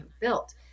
built